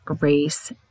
Race